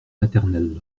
maternels